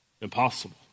impossible